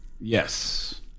yes